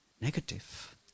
negative